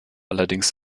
allerdings